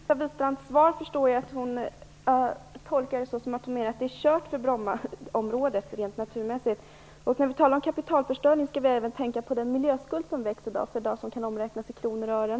Herr talman! Jag tolkar Birgitta Wistrands svar så att hon menar att det är kört för Brommaområdet rent naturmässigt. På tal om kapitalförstöring bör vi också tänka på den miljöskuld som växer dag för dag och som kan omräknas i kronor och ören.